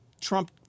Trump